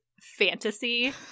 fantasy